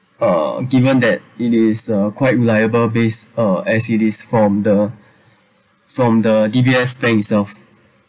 uh given that it is a quite reliable base uh as it is from the from the D_B_S bank itself